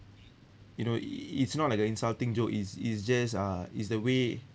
you know i~ i~ i~ it's not like a insulting joke is is just uh is the way